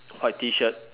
white T shirt